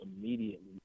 immediately